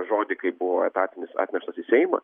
žodį kai buvo etatinis atneštas į seimą